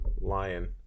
Lion